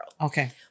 Okay